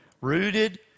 rooted